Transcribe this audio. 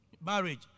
Marriage